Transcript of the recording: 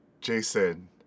Jason